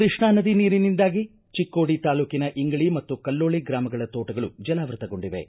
ಕೃಷ್ಣಾ ನದಿ ನೀರಿನಿಂದಾಗಿ ಚಿಕ್ಕೋಡಿ ತಾಲೂಕಿನ ಇಂಗಳ ಮತ್ತು ಕಲ್ನೋಳಿ ಗ್ರಾಮಗಳ ತೋಟಗಳು ಜಲಾವೃತಗೊಂಡಿವೆ